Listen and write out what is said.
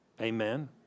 Amen